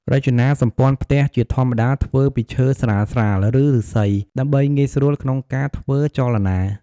រចនាសម្ព័ន្ធផ្ទះជាធម្មតាធ្វើពីឈើស្រាលៗ ឬឫស្សី ដើម្បីងាយស្រួលក្នុងការធ្វើចលនា។